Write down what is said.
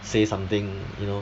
say something you know